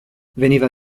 veniva